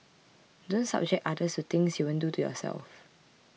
don't subject others to things you won't do to yourself